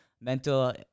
mental